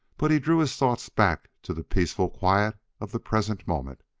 but he drew his thoughts back to the peaceful quiet of the present moment,